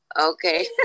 okay